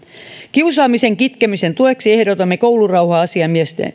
kiusaamisen kitkemisen tueksi ehdotamme koulurauha asiamiehen